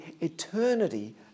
eternity